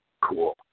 cool